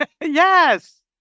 Yes